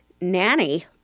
nanny